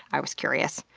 i was curious.